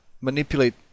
manipulate